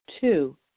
two